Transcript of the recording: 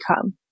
come